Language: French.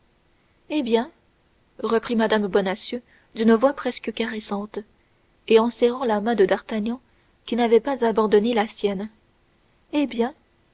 eh bien reprit mme bonacieux d'une voix presque caressante et en serrant la main de d'artagnan qui n'avait pas abandonné la sienne eh bien